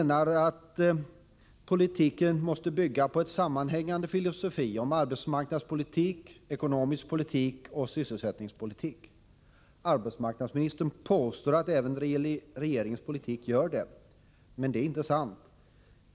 Politiken måste bygga på en sammanhängande filosofi om arbetsmarknadspolitik, ekonomisk politik och sysselsättningspolitik. Arbetsmarknadsministern påstår att den, även när det gäller regeringens politik, gör det. Men det är inte sant.